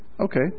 Okay